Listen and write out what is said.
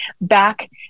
back